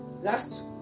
Last